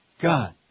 God